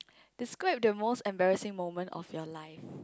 describe the most embarrassing moment of your life